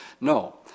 no